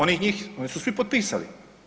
Oni njih, oni su svi potpisali.